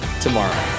tomorrow